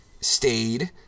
stayed